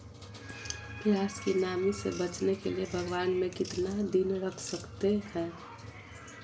प्यास की नामी से बचने के लिए भगवान में कितना दिन रख सकते हैं?